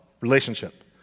relationship